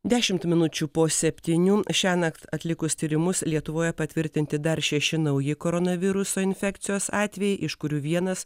dešimt minučių po septynių šiąnakt atlikus tyrimus lietuvoje patvirtinti dar šeši nauji koronaviruso infekcijos atvejai iš kurių vienas